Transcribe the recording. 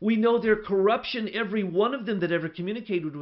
we know their corruption every one of them that ever communicated